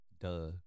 Duh